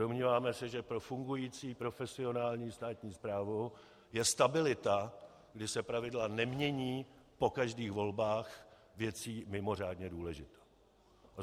Domníváme se, že pro fungující profesionální státní správu je stabilita, když se pravidla nemění po každých volbách, věcí mimořádně důležitou.